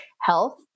health